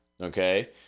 okay